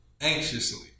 anxiously